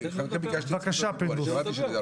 בבקשה פינדרוס.